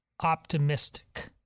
optimistic